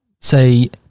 say